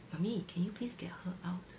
mommy can you please get her out